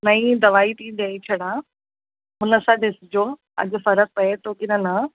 नई दवाई थी ॾेई छॾा हुन सां ॾिसजो अॼु फ़रकु पए थो की न न